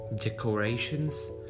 decorations